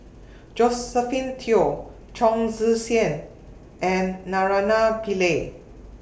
Josephine Teo Chong Tze Chien and Naraina Pillai